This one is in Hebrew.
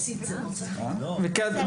אני כן חושב שסטודנטים צריכים להתבטא בקמפוס